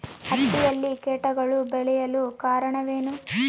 ಹತ್ತಿಯಲ್ಲಿ ಕೇಟಗಳು ಬೇಳಲು ಕಾರಣವೇನು?